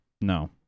No